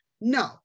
No